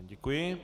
Děkuji.